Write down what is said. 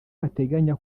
bateganya